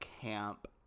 camp